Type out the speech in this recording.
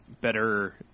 better